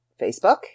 Facebook